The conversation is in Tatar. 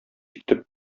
итеп